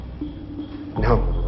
No